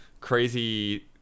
crazy